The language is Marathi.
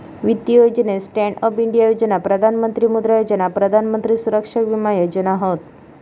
वित्तीय योजनेत स्टॅन्ड अप इंडिया योजना, प्रधान मंत्री मुद्रा योजना, प्रधान मंत्री सुरक्षा विमा योजना हत